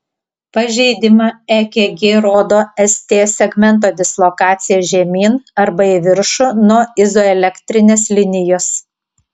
pažeidimą ekg rodo st segmento dislokacija žemyn arba į viršų nuo izoelektrinės linijos